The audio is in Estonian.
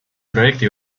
projekti